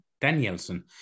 Danielson